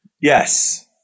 Yes